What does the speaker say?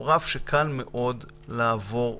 הוא רף שקל מאוד לעבור מעליו.